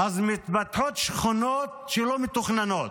אז מתפתחות שכונות שלא מתוכננות.